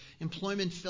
employment